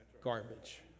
Garbage